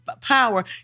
power